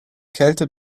kälte